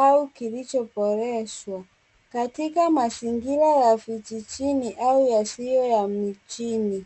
au kilicho boreshwa katika mazingira ya vijijini au yasio ya mjini.